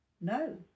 No